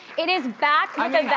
it is back. i mean,